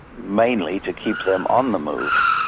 mainly to keep them on the move.